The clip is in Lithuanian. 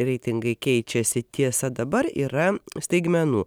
reitingai keičiasi tiesa dabar yra staigmenų